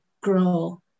grow